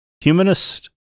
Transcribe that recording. humanist